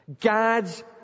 God's